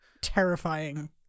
terrifying